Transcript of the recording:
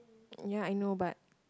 ya I know but